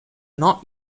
not